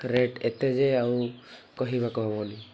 rate ଏତେ ଯେ ଆଉ କହିବାକୁ ହବନି